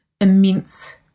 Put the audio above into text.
immense